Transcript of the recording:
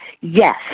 Yes